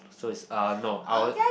so is uh no I would